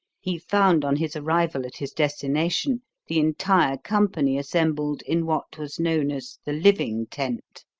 he found on his arrival at his destination the entire company assembled in what was known as the living-tent,